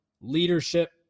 leadership